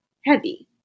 heavy